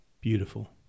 beautiful